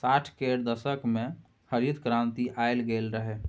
साठि केर दशक मे हरित क्रांति आनल गेल रहय